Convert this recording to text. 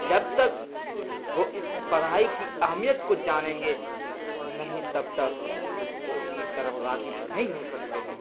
جب تک وہ اس پڑھائی کی اہمیت کو جانیں گے نہیں تب تک وہ اس کی طرف راغب نہیں ہو سکتے ہیں